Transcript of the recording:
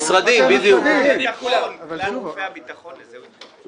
משרד הביטחון, כלל גופי הביטחון, לזה הוא התכוון.